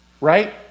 right